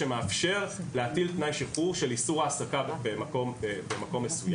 שמאפשר להטיל תנאי שחרור של איסור העסקה במקום מסוים.